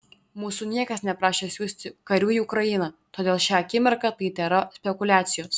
mūsų niekas neprašė siųsti karių į ukrainą todėl šią akimirką tai tėra spekuliacijos